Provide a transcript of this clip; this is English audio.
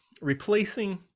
Replacing